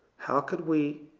how can we